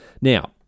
Now